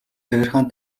захиргааны